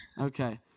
Okay